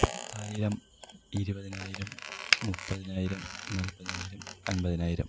പത്തായിരം ഇരുപതിനായിരം മുപ്പതിനായിരം നാൽപതിനായിരം അൻപതിനായിരം